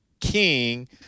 king